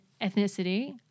ethnicity